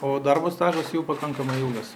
o darbo stažas jų pakankamai ilgas